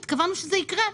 התכוונו שזה יקרה.